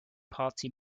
party